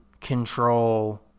control